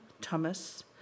Thomas